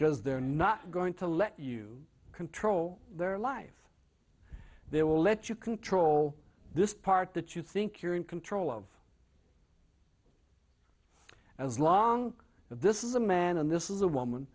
because they're not going to let you control their life they will let you control this part that you think you're in control of and as long as this is a man and this is a woman